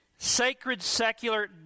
sacred-secular